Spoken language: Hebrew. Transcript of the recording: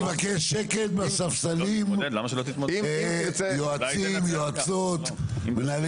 אני מבקש שקט מהספסלים, יועצים, יועצות, מנהלי